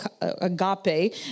agape